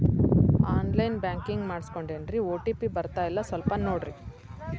on line banking ಮಾಡಿಸ್ಕೊಂಡೇನ್ರಿ OTP ಬರ್ತಾಯಿಲ್ಲ ಸ್ವಲ್ಪ ನೋಡ್ರಿ